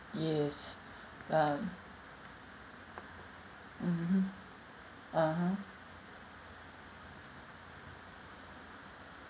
yes um mmhmm (uh huh)